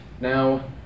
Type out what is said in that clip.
Now